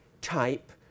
type